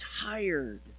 tired